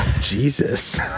Jesus